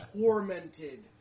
tormented